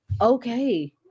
Okay